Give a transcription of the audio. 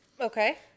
Okay